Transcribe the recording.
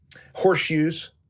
horseshoes